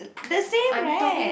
the same right